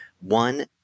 One